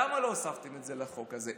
למה לא הוספתם את זה לחוק הזה?